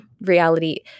reality